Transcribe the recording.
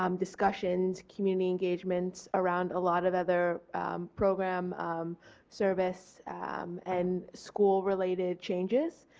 um discussions, community engagements around a lot of other program service and school related changes.